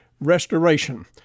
restoration